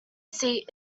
seat